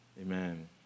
Amen